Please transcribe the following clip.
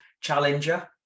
challenger